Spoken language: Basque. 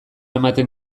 ematen